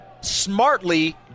smartly